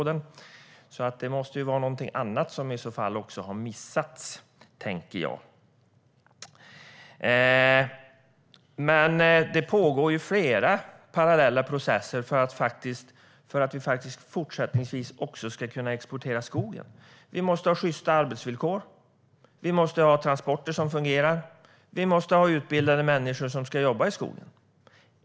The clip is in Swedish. Det måste alltså vara något annat som också har missats, tänker jag. Men det pågår ju flera parallella processer för att vi också fortsättningsvis ska kunna exportera skogen. Vi måste ha sjysta arbetsvillkor. Vi måste ha transporter som fungerar. Vi måste ha utbildade människor som ska jobba i skogen.